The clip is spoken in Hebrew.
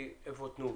איפה תנובה,